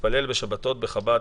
שמתפלל בשבתות בחב"ד.